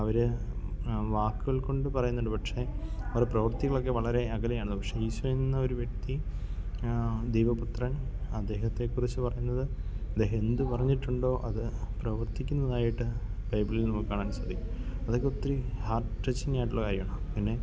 അവർ വാക്കുകൾക്കൊണ്ട് പറയുന്നുണ്ട് പക്ഷെ അവരുടെ പ്രവർത്തികളൊക്കെ വളരെ അകലെയാണ് ഇന്ന് പക്ഷെ ഈശോയെന്ന ഒരു വ്യക്തി ദൈവപുത്രൻ അദ്ദേഹത്തെക്കുറിച്ച് പറയുന്നത് അദ്ദേഹം എന്ത് പറഞ്ഞിട്ടുണ്ടോ അത് പ്രവർത്തിക്കുന്നതായിട്ട് ബൈബിളിൽ നമുക്ക് കാണാൻ സാധിക്കും അതൊക്കെ ഒത്തിരി ഹാർട്ട് ടച്ചിങ്ങായിട്ടുള്ള കാര്യമാണ് പിന്നെ